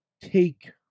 take